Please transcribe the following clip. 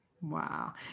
wow